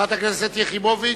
חברת הכנסת יחימוביץ,